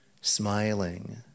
smiling